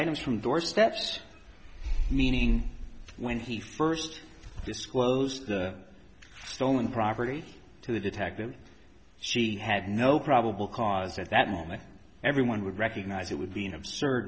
items from doorsteps meaning when he first disclosed the stolen property to the detective she had no probable cause at that moment everyone would recognise it would be an absurd